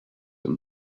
him